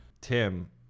Tim